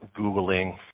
Googling